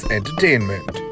Entertainment